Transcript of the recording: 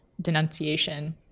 denunciation